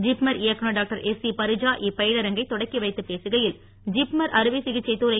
ஜிப்மர் இயக்குனர் டாக்டர் எஸ்சிபரிஜா இப்பயிலரங்கை தொடக்கி வைத்து பேசுகையில் ஜிப்மர் அறுவை சிகிச்சை துறை